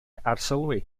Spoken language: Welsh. arsylwi